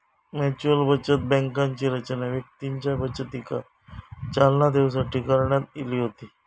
mutual बचत बँकांची रचना व्यक्तींच्या बचतीका चालना देऊसाठी करण्यात इली होती